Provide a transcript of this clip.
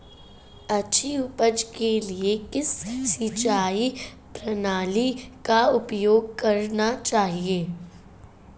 अच्छी उपज के लिए किस सिंचाई प्रणाली का उपयोग करना चाहिए?